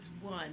one